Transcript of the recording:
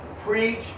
preach